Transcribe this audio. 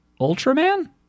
Ultraman